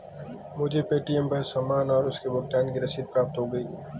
मुझे पे.टी.एम पर सामान और उसके भुगतान की रसीद प्राप्त हो गई है